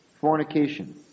Fornication